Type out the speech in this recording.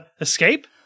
escape